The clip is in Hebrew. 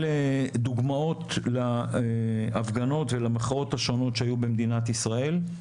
אלה דוגמאות להפגנות ולמחאות השונות שהיו במדינת ישראל.